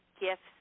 gifts